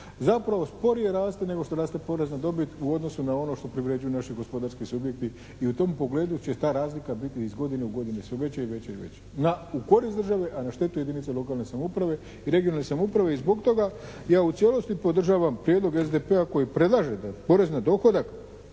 zapravo sporije raste nego što raste porez na dobit u odnosu na ono što privređuju naši gospodarski subjekti. I u tom pogledu će ta razlika biti iz godine u godinu sve veća, veća i veća. U korist države, a na štetu jedinica lokalne samouprave i regionalne samouprave. I zbog toga ja u cijelosti podržavam prijedlog SDP-a koji predlaže da porez na dohodak,